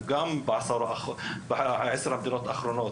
הוא גם מדורג ב-10 המדינות האחרונות,